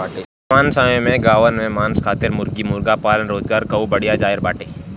वर्तमान समय में गांवन में मांस खातिर मुर्गी मुर्गा पालन रोजगार कअ बढ़िया जरिया बाटे